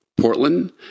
Portland